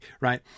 Right